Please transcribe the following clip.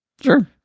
sure